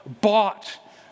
bought